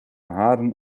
haren